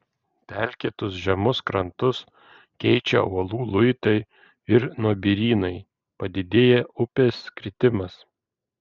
pelkėtus žemus krantus keičia uolų luitai ir nuobirynai padidėja upės kritimas